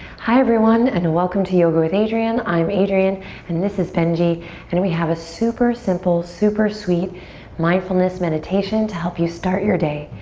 hi everyone and welcome to yoga with adriene. i'm adriene and this is benji and we have a super simple, super sweet mindfulness meditation to help you start your day.